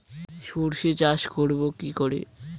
সর্ষে চাষ করব কি করে?